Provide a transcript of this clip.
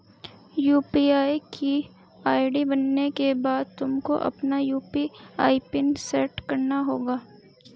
UPI की ID बनाने के बाद तुमको अपना यू.पी.आई पिन सैट करना होगा